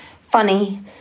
funny